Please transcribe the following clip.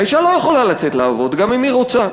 האישה לא יכולה לצאת לעבוד גם אם היא רוצה.